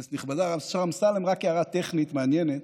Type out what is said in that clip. כנסת נכבדה, השר אמסלם, רק הערה טכנית מעניינת: